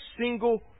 single